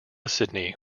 sidney